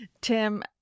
Tim